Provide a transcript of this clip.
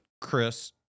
Chris